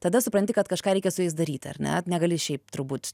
tada supranti kad kažką reikia su jais daryti ar ne negali šiaip turbūt